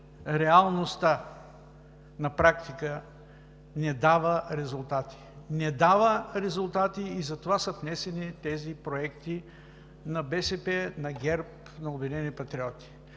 Само че на практика реалността не дава резултати и затова са внесени тези проекти на БСП, на ГЕРБ, на „Обединени патриоти“.